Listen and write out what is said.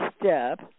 step